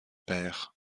père